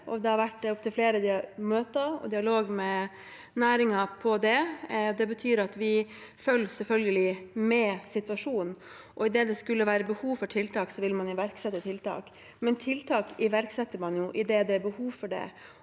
Det har vært opptil flere møter og dialog med næringen om det. Det betyr at vi selvfølgelig følger med på situasjonen. I det det skulle være behov for tiltak, vil man iverksette tiltak. Men tiltak iverksetter man jo idet det er behov for det,